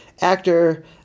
actor